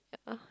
yeah